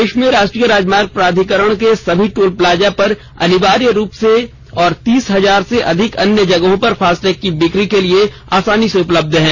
देश में राष्ट्रीय राजमार्ग प्राधिकरण के सभी टोल प्लााजा पर अनिवार्य रूप से और तीस हजार से अधिक अन्य जगहों पर फास्टैग बिक्री के लिए आसानी से उपलब्धं हैं